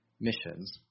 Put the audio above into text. missions